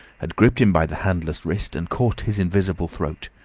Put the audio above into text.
had gripped him by the handless wrist and caught his invisible throat.